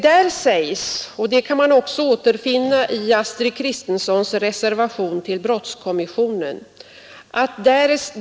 Där sägs — det kan man också återfinna i Astrid Kristenssons reservation till brottskommissionen: ”Därest dessa hjälper det då om det i lagtexten står inskrivet eller inte?